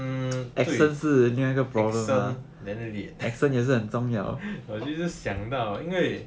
um 对 accent 我就是想到因为